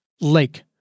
lake